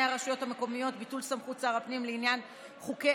הרשויות המקומיות (ביטול סמכות שר הפנים לעניין חוקי